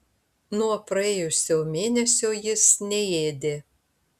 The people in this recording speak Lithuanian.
nuo praėjusio mėnesio jis neėdė